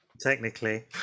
Technically